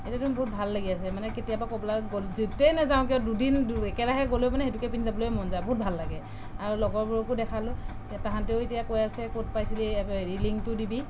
এতিয়া তোন বহুত ভাল লাগি আছে মানে কেতিয়াবা ক'ৰবালৈ গ'ল য'তেই নাযাওঁ কিয় দুদিন একেৰাহে গ'লেও মানে সেইটোকে পিন্ধি যাবলৈয়ে মন যায় বহুত ভাল লাগে আৰু লগৰবোৰকো দেখালোঁ তাহাঁতেও এতিয়া কৈ আছে ক'ত পাইছিলি এই হেৰি লিংকটো দিবি